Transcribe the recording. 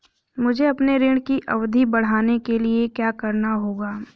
मुझे अपने ऋण की अवधि बढ़वाने के लिए क्या करना होगा?